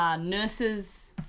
Nurses